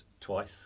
twice